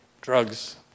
Drugs